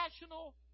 national